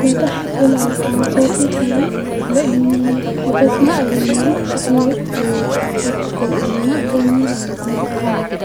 كنت احب لو صوتي حلو لاني بحب اسمع اغاني-وبحب ان انا اغني لما بكون فرحانه